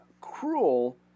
cruel